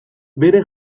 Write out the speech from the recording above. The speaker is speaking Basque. bere